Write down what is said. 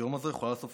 התהום הזו יכולה לאסוף,